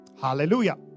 hallelujah